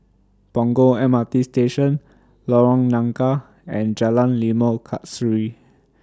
Punggol M R T Station Lorong Nangka and Jalan Limau Kasturi